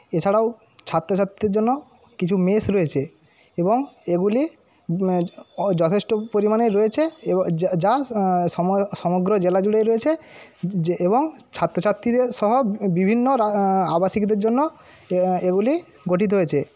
এছাড়াও ছাত্রছাত্রীর জন্য কিছু মেস রয়েছে এবং এগুলি যথেষ্ট পরিমাণে রয়েছে এবার যা যা সম সমগ্র জেলা জুড়েই রয়েছে এবং ছাত্রছাত্রীদের সব বিভিন্ন রা আবাসিকদের জন্য এগুলি গঠিত হয়েছে